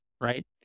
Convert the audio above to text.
right